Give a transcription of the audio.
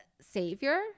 savior